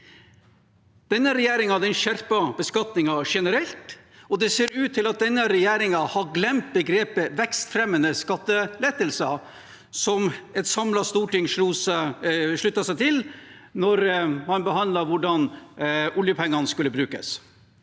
regjeringen har skjerpet beskatningen generelt, og det ser ut til at denne regjeringen har glemt begrepet vekstfremmende skattelettelser, som et samlet storting sluttet seg til da man behandlet hvordan oljepengene skulle brukes.